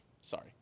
sorry